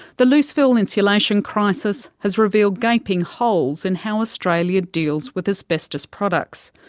the loose fill insulation crisis has revealed gaping holes in how australia deals with asbestos products,